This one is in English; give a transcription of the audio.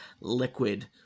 liquid